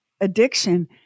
addiction